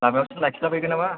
लामायावसो लाखिला बायगोन नामा